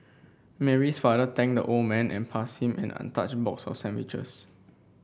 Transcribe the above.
Mary's father thanked the old man and passed him an untouched box of sandwiches